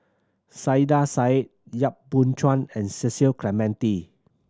Saiedah Said Yap Boon Chuan and Cecil Clementi